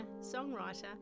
songwriter